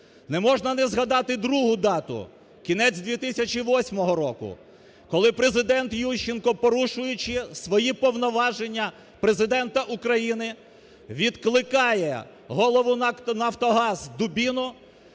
Не можна не згадати другу дату, кінець 2008 року, коли Президент Ющенко, порушуючи свої повноваження Президента України, відкликає голову НАК "Нафтогаз" Дубіну